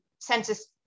census